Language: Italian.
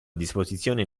disposizione